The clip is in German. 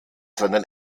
seinen